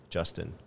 Justin